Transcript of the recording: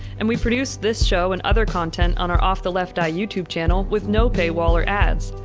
and we produce this show and other content on our off the left eye youtube channel with no pay wall or ads.